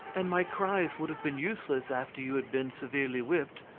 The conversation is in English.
and my cries would have been useless after you had been severely whipped.